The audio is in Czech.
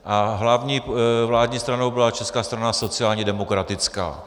A hlavní vládní stranou byla Česká strana sociálně demokratická.